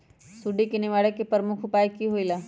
सुडी के निवारण के प्रमुख उपाय कि होइला?